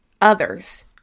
others